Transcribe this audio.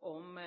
om